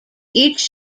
each